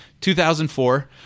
2004